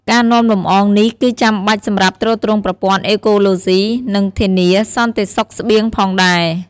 ការនាំលម្អងនេះគឺចាំបាច់សម្រាប់ទ្រទ្រង់ប្រព័ន្ធអេកូឡូស៊ី និងធានាសន្តិសុខស្បៀងផងដែរ។